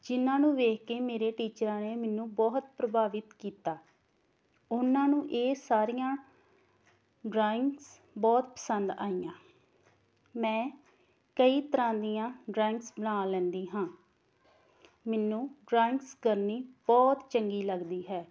ਜਿਹਨਾਂ ਨੂੰ ਵੇਖ ਕੇ ਮੇਰੇ ਟੀਚਰਾਂ ਨੇ ਮੈਨੂੰ ਬਹੁਤ ਪ੍ਰਭਾਵਿਤ ਕੀਤਾ ਉਹਨਾਂ ਨੂੰ ਇਹ ਸਾਰੀਆਂ ਡਰਾਇੰਗਸ ਬਹੁਤ ਪਸੰਦ ਆਈਆਂ ਮੈਂ ਕਈ ਤਰ੍ਹਾਂ ਦੀਆਂ ਡਰਾਇੰਗਸ ਬਣਾ ਲੈਂਦੀ ਹਾਂ ਮੈਨੂੰ ਡਰਾਇੰਗਸ ਕਰਨੀ ਬਹੁਤ ਚੰਗੀ ਲੱਗਦੀ ਹੈ